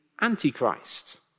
anti-Christ